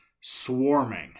swarming